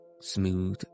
smooth